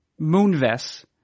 moonves